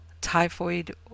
typhoid